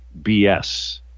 BS